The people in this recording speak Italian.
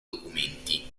documenti